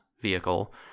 vehicle